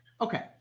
Okay